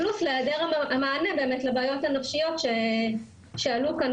פלוס היעדר המענה לבעיות הנפשיות שבאמת עלו כאן,